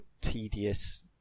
tedious